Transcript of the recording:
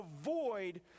avoid